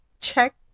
check